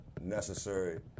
necessary